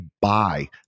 buy